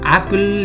Apple